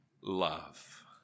love